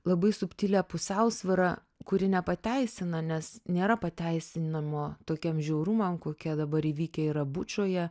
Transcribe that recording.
labai subtilią pusiausvyrą kuri nepateisina nes nėra pateisinamo tokiem žiaurumam kokia dabar įvykę yra bučoje